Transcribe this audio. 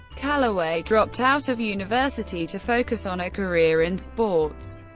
calaway dropped out of university to focus on a career in sports,